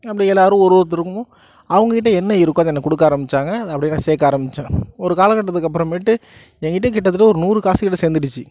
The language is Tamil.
அப்படி எல்லாரும் ஒரு ஒருத்தருக்கும்கும் அவங்கக்கிட்ட என்ன இருக்கோ அதை எனக்கு கொடுக்க ஆரம்பிச்சாங்க அது அப்படியே நான் சேர்க்க ஆரம்பிச்சேன் ஒரு காலக்கட்டத்துக்கு அப்புறமேட்டு எங்கிட்ட கிட்டத்தட்ட ஒரு நூறு காசுக்கிட்ட சேர்ந்துடுச்சி